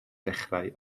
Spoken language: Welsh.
dechrau